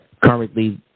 Currently